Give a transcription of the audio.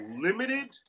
limited